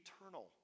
eternal